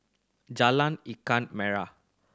Jalan Ikan Merah